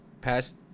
past